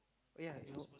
eh ya you know